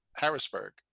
Harrisburg